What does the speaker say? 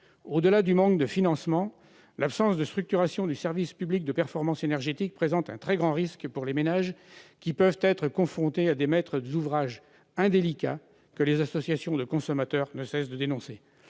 Au-delà du manque de financement, l'absence de structuration du service public de performance énergétique fait courir un très grand risque aux ménages, qui peuvent être confrontés à des maîtres d'ouvrage indélicats, que les associations de consommateurs ne cessent de dénoncer.